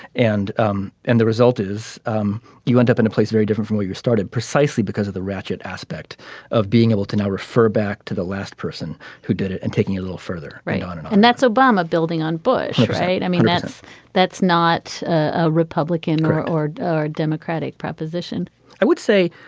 and um and the result is um you end up in a place very different for you're started precisely because of the ratchet aspect of being able to now refer back to the last person who did it. and taking a little further write on it and that's obama building on bush. i mean that's that's not a republican or or democratic preposition i would say